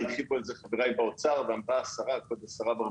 והתחיל פה את זה האוצר ואמרה השרה ברביבאי,